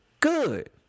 good